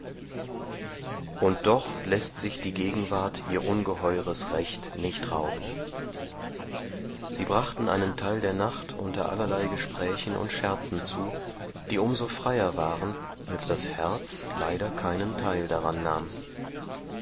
und doch läßt sich die gegenwart ihr ungeheures recht nicht rauben sie brachten einen teil der nacht unter allerlei gesprächen und scherzen zu die um desto freier waren als das herz leider keinen teil daran nahm